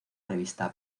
revista